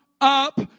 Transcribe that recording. up